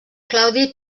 claudi